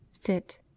Sit